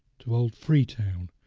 to old free-town,